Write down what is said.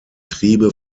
triebe